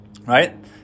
right